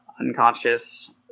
unconscious